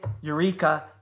Eureka